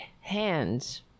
hands